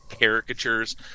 caricatures